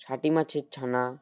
শাটি মাছের ছানা